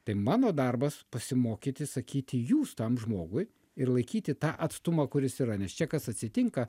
tai mano darbas pasimokyti sakyti jūs tam žmogui ir laikyti tą atstumą kuris yra nes čia kas atsitinka